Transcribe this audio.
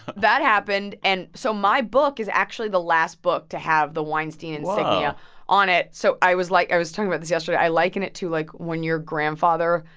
that happened. and so my book is actually the last book to have the weinstein insignia on it whoa so i was like i was talking about this yesterday. i liken it to, like, when your grandfather,